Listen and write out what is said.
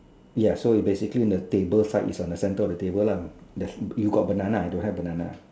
ya so is basically the table side is on the center of the table lah there's you got banana I don't have a banana